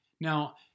Now